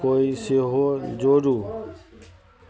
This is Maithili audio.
कै सेहो जोड़ू